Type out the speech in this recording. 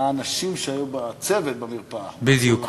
מה האנשים שהיו בצוות במרפאה מצאו לנכון, בדיוק.